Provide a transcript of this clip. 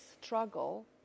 struggle